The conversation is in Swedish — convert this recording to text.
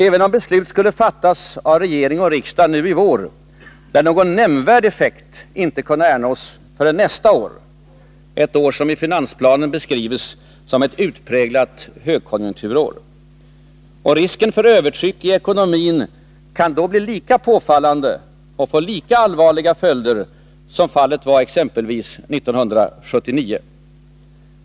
Även om beslut skulle fattas av regering och riksdag nu i vår, lär någon nämnvärd effekt inte kunna ernås förrän nästa år, ett år som i finansplanen beskrivits som ”ett utpräglat högkonjunkturår”. Risken för övertryck i ekonomin kan då bli lika påfallande och få lika allvarliga följder som fallet var exempelvis 1979.